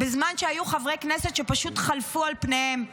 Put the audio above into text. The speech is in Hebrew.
בזמן שהיו חברי כנסת שפשוט חלפו על פניהם,